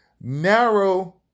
Narrow